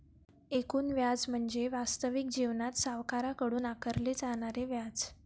एकूण व्याज म्हणजे वास्तविक जीवनात सावकाराकडून आकारले जाणारे व्याज